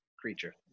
creature